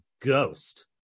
ghost